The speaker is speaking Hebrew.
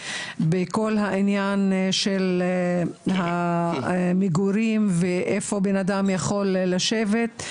בכל העניין של המגורים ואיפה בן אדם יכול לשבת.